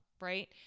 right